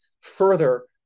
further